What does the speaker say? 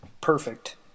perfect